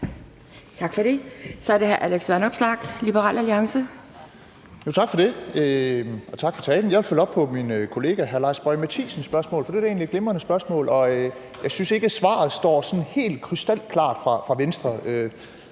Tak for det. Så er det hr. Alex Vanopslagh, Liberal Alliance. Kl. 10:33 Alex Vanopslagh (LA): Tak for det, og tak for talen. Jeg vil følge op på min kollega hr. Lars Boje Mathiesens spørgsmål, for det var egentlig et glimrende spørgsmål, og jeg synes ikke, at svaret fra Venstre